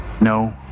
No